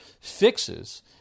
fixes